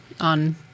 on